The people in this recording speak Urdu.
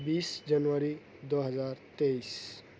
بیس جنوری دو ہزار تئیس